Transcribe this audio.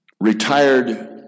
retired